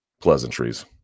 pleasantries